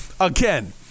again